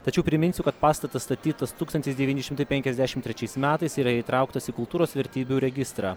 tačiau priminsiu kad pastatas statytas tūkstantis devyni šimtai penkiasdešim trečiais metais yra įtrauktas į kultūros vertybių registrą